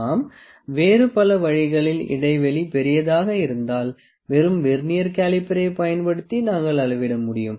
நாம் வேறு பல வழிகளில் இடைவெளி பெரியதாக இருந்தால் வெறும் வெர்னியர் கேலிபரை பயன்படுத்தி நாங்கள் அளவிட முடியும்